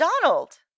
Donald